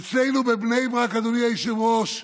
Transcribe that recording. אצלנו בבני ברק, אדוני היושב-ראש,